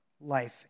life